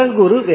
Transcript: guru